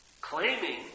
Claiming